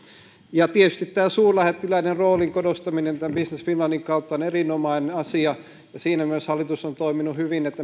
tietysti tämä suurlähettiläiden roolin korostaminen tämän business finlandin kautta on erinomainen asia siinä mielessä hallitus on toiminut hyvin että